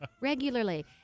Regularly